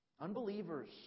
Unbelievers